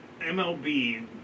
MLB